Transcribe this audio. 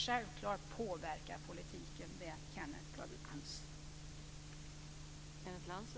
Självklart påverkar politiken det, Kenneth Lantz.